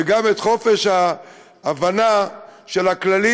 וגם את חופש ההבנה של הכללים,